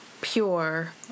pure